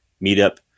meetup